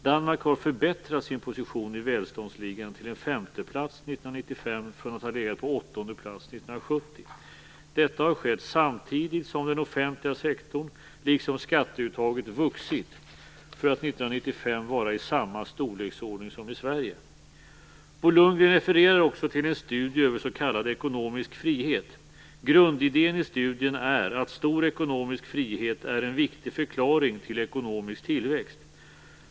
Danmark har förbättrat sin position i välståndsligan till en femteplats 1995 från att ha legat på åttonde plats 1970. Detta har skett samtidigt som den offentliga sektorn liksom skatteuttaget vuxit för att 1995 vara i samma storleksordning som i Sverige. Bo Lundgren refererar också till en studie över s.k. ekonomisk frihet. Grundidén i studien är att stor ekonomisk frihet är en viktig förklaring till ekonomisk tillväxt.